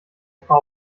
frau